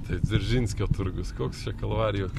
tai dzeržinskio turgus koks čia kalvarijų